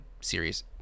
series